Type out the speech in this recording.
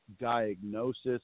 diagnosis